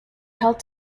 held